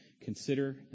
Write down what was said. consider